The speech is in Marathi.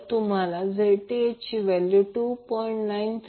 तुम्हाला Zth ची व्हॅल्यू 2